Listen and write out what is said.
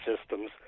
systems